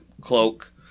Cloak